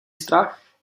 strach